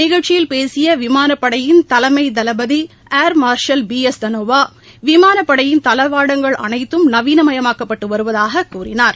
நிகழ்ச்சியில் பேசிய விமானப்படையின் தலைமைதளபதிள்மா்ஷல் பி எஸ் தனோவா விமானப்படையின் தளவாடங்கள் அனைத்தும் நவீனமயமாக்கப்பட்டுவருவதாகக் கூறினார்